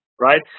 right